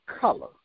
color